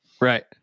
Right